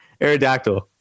Aerodactyl